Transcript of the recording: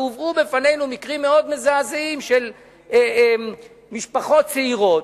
הובאו בפנינו מקרים מאוד מזעזעים של משפחות צעירות,